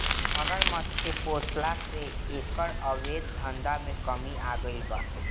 मगरमच्छ के पोसला से एकर अवैध धंधा में कमी आगईल बा